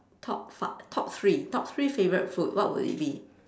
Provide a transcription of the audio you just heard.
top fiv~ top three top three favourite food what would it be